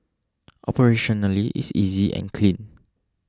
operationally it's easy and clean